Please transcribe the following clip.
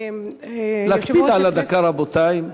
להקפיד על הדקה, רבותי.